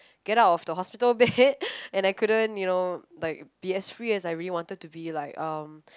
get out of the hospital bed and I couldn't you know like be as free as I really wanted to be like um